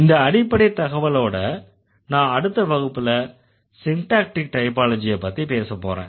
இந்த அடிப்படை தகவலோட நான் அடுத்த வகுப்புல சின்டேக்டிக் டைப்பாலஜியப் பத்தி பேசப்போறேன்